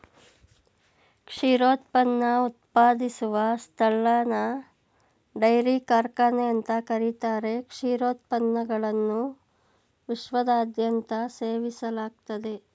ಕ್ಷೀರೋತ್ಪನ್ನ ಉತ್ಪಾದಿಸುವ ಸ್ಥಳನ ಡೈರಿ ಕಾರ್ಖಾನೆ ಅಂತ ಕರೀತಾರೆ ಕ್ಷೀರೋತ್ಪನ್ನಗಳನ್ನು ವಿಶ್ವದಾದ್ಯಂತ ಸೇವಿಸಲಾಗ್ತದೆ